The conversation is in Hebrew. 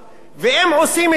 ואם עושים את זה,